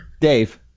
dave